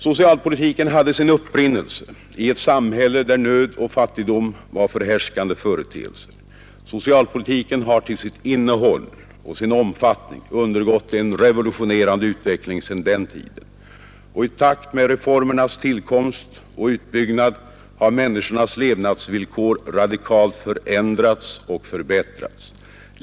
Socialpolitiken hade sin upprinnelse i ett samhälle där nöd och fattigdom var förhärskande företeelser. Socialpolitiken har till sitt innehåll och sin omfattning undergått en revolutionerande utveckling sedan den tiden. Och i takt med reformernas tillkomst och utbyggnad har människornas levnadsvillkor radikalt förändrats och förbättrats.